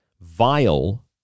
vile